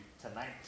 tonight